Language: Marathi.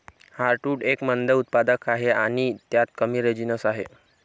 हार्टवुड एक मंद उत्पादक आहे आणि त्यात कमी रेझिनस आहे